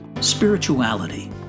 Spirituality